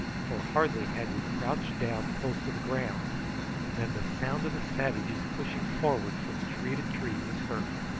for hardly had we crouched down close to the ground than the sound of the savages pushing forward from tree to tree was heard.